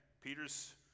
Peter's